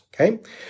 Okay